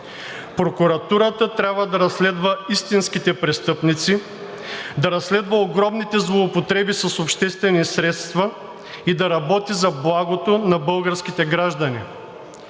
Прокуратурата трябва да разследва истинските престъпници, да разследва огромните злоупотреби с обществени средства и да работи за благото на българските граждани.